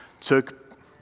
took